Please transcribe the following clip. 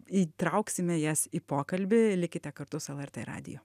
įtrauksime jas į pokalbį likite kartu su lrt radiju